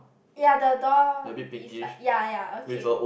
ya the door is like ya ya okay